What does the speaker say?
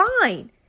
fine